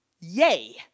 Yay